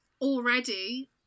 already